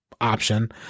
Option